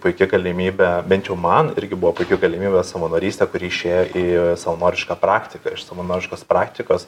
puiki galimybė bent jau man irgi buvo puiki galimybė savanorystė kuri išėjo į savanorišką praktiką iš savanoriškos praktikos